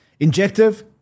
Injective